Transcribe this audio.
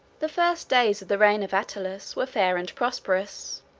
the first days of the reign of attalus were fair and prosperous.